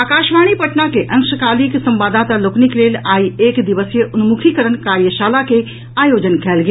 आकाशवाणी पटना के अंशकालिक संवाददाता लोकनिक लेल आइ एक दिवसीय उन्मुखीकरण कार्यशाला के आयोजन कयल गेल